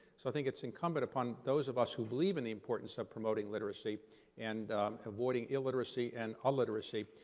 so, i think it's incumbent upon those of us who believe in the importance of promoting literacy and avoiding illiteracy and alliteracy.